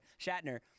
Shatner